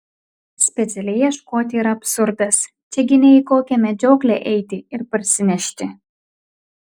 specialiai ieškoti yra absurdas čia gi ne į kokią medžioklę eiti ir parsinešti